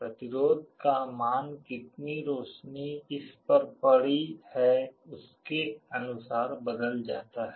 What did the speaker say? प्रतिरोध का मान कितनी रोशनी इस पर पढ़ी हैउसके अनुसार बदल जाता है